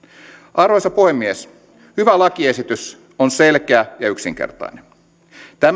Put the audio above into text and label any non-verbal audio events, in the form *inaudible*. arvoisa puhemies hyvä lakiesitys on selkeä ja yksinkertainen tämä *unintelligible*